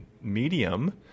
medium